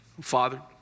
Father